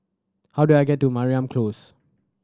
how do I get to Mariam Close